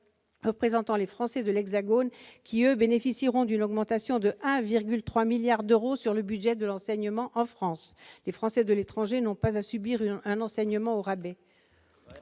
représentant les Français de l'Hexagone qui, pour leur part, bénéficieront d'une augmentation de 1,3 milliard d'euros du budget de l'enseignement en France. Les Français de l'étranger n'ont pas à subir un enseignement au rabais